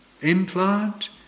implant